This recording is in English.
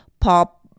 pop